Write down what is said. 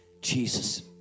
Jesus